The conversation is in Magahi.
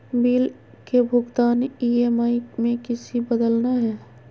बिल के भुगतान ई.एम.आई में किसी बदलना है?